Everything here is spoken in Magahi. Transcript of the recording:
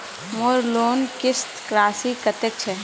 मोर लोन किस्त राशि कतेक छे?